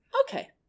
Okay